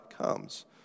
comes